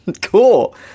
cool